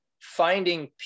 finding